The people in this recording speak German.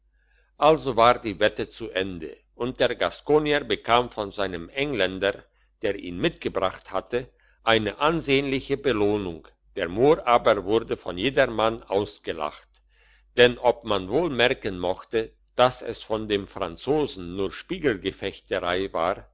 also war die wette zu ende und der gaskonier bekam von seinem engländer der ihn mitgebracht hatte eine ansehnliche belohnung der mohr aber wurde von jedermann ausgelacht denn ob man wohl merken mochte dass es von dem franzosen nur spiegelfechterei war